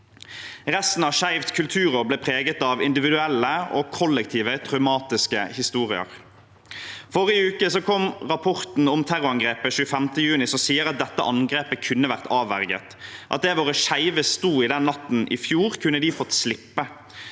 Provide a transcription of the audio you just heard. Resten av Skeivt kulturår ble preget av individuelle og kollektive traumatiske historier. Forrige uke kom rapporten om terrorangrepet 25. juni, som sier at dette angrepet kunne vært avverget, at det våre skeive sto i den natten i fjor, kunne de fått slippe,